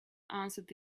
answered